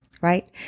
right